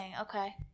okay